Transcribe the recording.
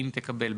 אם תקבל,